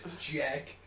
Jack